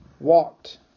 walked